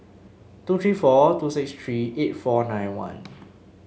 two three four two six three eight four nine one